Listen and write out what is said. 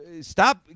stop